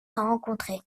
rencontré